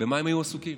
במה הם היו עסוקים?